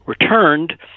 returned